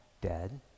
dead